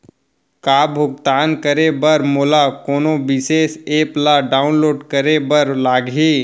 का भुगतान करे बर मोला कोनो विशेष एप ला डाऊनलोड करे बर लागही